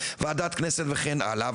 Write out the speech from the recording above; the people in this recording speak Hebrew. ועדת כנסת וכן הלאה,